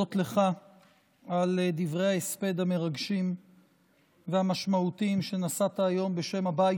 להודות לך על דברי ההספד המרגשים והמשמעותיים שנשאת היום בשם הבית